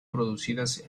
producidas